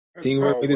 Teamwork